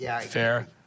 fair